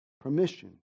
permission